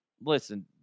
listen